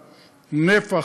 עיקר הנפח,